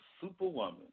superwoman